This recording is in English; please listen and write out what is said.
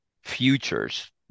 futures